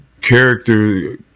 character